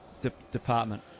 department